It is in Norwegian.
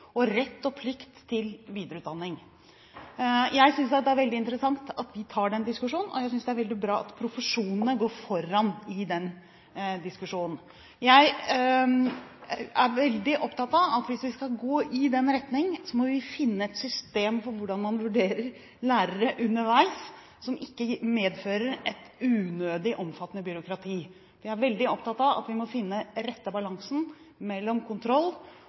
og rett og plikt til videreutdanning. Jeg synes det er veldig interessant at de tar den diskusjonen, og jeg synes det er veldig bra at profesjonene går foran i diskusjonen. Jeg er veldig opptatt av at hvis vi skal gå i den retningen, må vi finne et system for hvordan man vurderer lærere underveis som ikke medfører et unødig omfattende byråkrati. Jeg er veldig opptatt av at vi må finne den rette balansen mellom kontroll